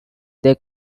they